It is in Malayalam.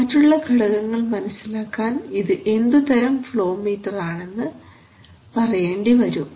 മറ്റുള്ള ഘടകങ്ങൾ മനസ്സിലാക്കാൻ ഇത് എന്തുതരം ഫ്ലോ മീറ്റർ ആണെന്ന് പറയേണ്ടിവരും